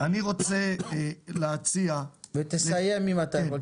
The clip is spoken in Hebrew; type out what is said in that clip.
אני רוצה להציע --- ותסיים אם אתה יכול.